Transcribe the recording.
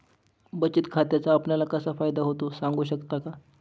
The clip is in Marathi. बचत खात्याचा आपणाला कसा फायदा होतो? सांगू शकता का?